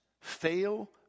fail